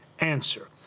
answer